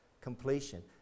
completion